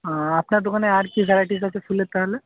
আপনার দোকানে আর কি ভ্যারাইটিজ আছে ফুলের তাহলে